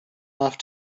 off